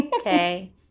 Okay